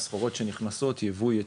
הסחורות שנכנסות - ייבוא ייצוא.